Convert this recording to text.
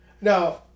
Now